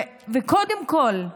וקודם כול,